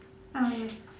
okay